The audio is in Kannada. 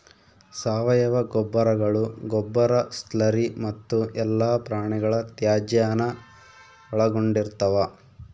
ಸಾವಯವ ಗೊಬ್ಬರಗಳು ಗೊಬ್ಬರ ಸ್ಲರಿ ಮತ್ತು ಎಲ್ಲಾ ಪ್ರಾಣಿಗಳ ತ್ಯಾಜ್ಯಾನ ಒಳಗೊಂಡಿರ್ತವ